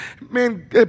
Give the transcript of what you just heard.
man